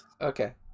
okay